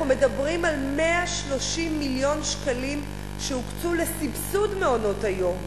אנחנו מדברים על 130 מיליון שקלים שהוקצו לסבסוד מעונות-היום,